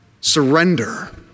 surrender